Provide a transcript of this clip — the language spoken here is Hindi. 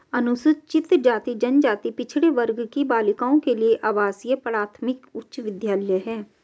अनुसूचित जाति जनजाति पिछड़े वर्ग की बालिकाओं के लिए आवासीय प्राथमिक उच्च विद्यालय है